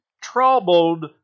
troubled